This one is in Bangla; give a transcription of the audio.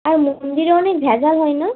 আর মন্দিরে অনেক ভেজাল হয় না